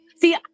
See